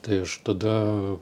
tai aš tada